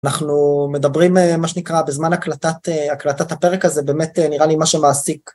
אנחנו מדברים, מה שנקרא, בזמן הקלטת הפרק הזה, באמת נראה לי מה שמעסיק.